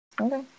Okay